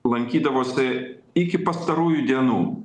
lankydavosi iki pastarųjų dienų